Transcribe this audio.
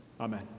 Amen